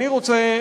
אני רוצה,